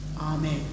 Amen